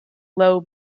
low